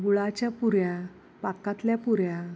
गुळाच्या पुऱ्या पाकातल्या पुऱ्या